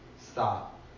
Stop